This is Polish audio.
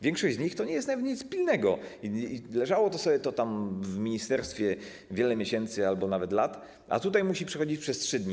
Większość z nich to nie jest nawet nic pilnego i leżało to sobie to tam w ministerstwie przez wiele miesięcy albo nawet lat, a tutaj musi przechodzić przez 3 dni.